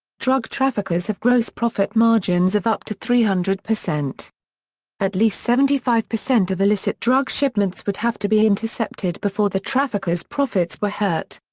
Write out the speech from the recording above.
drug traffickers have gross profit margins of up to three hundred. at least seventy five percent of illicit drug shipments would have to be intercepted before the traffickers' profits were hurt.